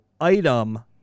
item